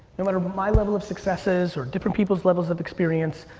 no matter my level of success is or different people's levels of experience,